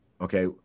Okay